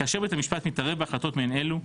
כאשר בית המשפט מתערב בהחלטות מעין אלו,